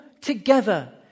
together